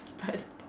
but